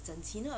整齐